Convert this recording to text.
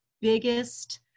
biggest